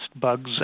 bugs